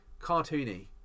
Cartoony